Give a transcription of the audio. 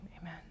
amen